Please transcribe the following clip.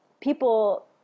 people